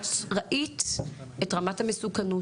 את ראית את רמת המסוכנות,